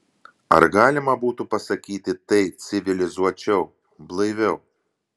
ar galima būtų pasakyti tai civilizuočiau blaiviau